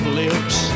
lips